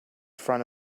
front